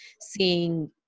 seeing